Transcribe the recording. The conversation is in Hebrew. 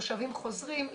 תושבים חוזרים,